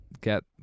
get